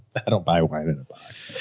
i don't buy wine in a box,